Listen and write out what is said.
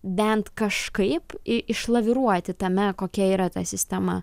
bent kažkaip išlaviruoti tame kokia yra ta sistema